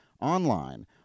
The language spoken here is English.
online